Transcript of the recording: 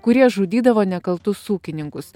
kurie žudydavo nekaltus ūkininkus